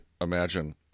imagine